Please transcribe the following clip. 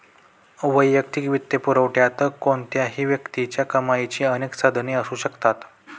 वैयक्तिक वित्तपुरवठ्यात कोणत्याही व्यक्तीच्या कमाईची अनेक साधने असू शकतात